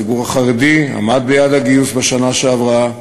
הציבור החרדי עמד ביעד הגיוס בשנה שעברה.